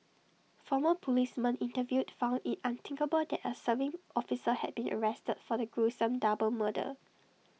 former policemen interviewed found IT unthinkable that A serving officer had been arrested for the gruesome double murder